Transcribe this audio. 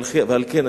על כן,